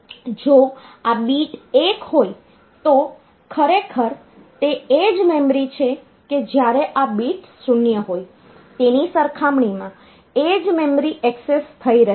જો આ બીટ 1 હોય તો ખરેખર તે એ જ મેમરી છે કે જ્યારે આ બીટ 0 હોય તેની સરખામણીમાં એ જ મેમરી એક્સેસ થઈ રહી છે